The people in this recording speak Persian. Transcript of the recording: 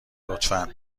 لطفا